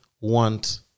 want